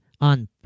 on